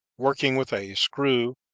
working with a screw,